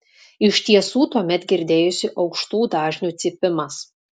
iš tiesų tuomet girdėjosi aukštų dažnių cypimas